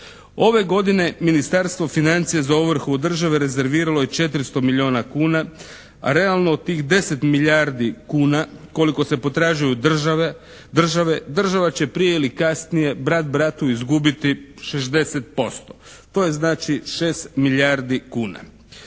Ove godine Ministarstvo financija za ovrhu države rezerviralo je 400 milijuna kuna a realno od tih 10 milijardi kuna koliko se potražuje od države država će prije ili kasnije brat bratu izgubiti 60%. To je znači 6 milijardi kuna.